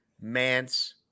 Mance